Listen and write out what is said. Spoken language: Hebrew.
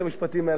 אדוני היושב-ראש,